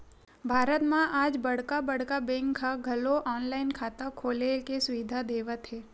भारत म आज बड़का बड़का बेंक ह घलो ऑनलाईन खाता खोले के सुबिधा देवत हे